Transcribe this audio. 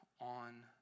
on